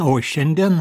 o šiandien